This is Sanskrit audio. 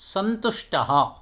सन्तुष्टः